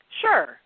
Sure